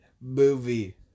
movie